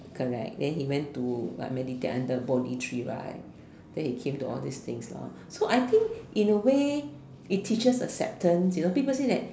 correct then he meditate until body treat right then he came to all this thing lor so I think in a way it teaches acceptance you know people say that